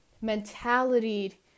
mentality